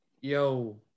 yo